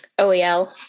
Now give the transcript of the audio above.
OEL